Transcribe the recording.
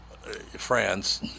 France